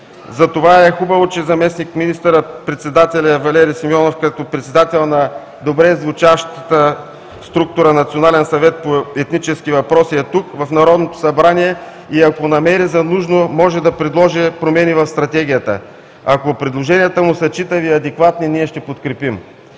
изход? Хубаво е, че заместник министър-председателят Валери Симеонов като председател на добре звучащата структура „Национален съвет по етнически въпроси“ е тук, в Народното събрание и, ако намери за нужно, може да предложи промени в Стратегията. Ако предложенията му са читави и адекватни, ние ще подкрепим.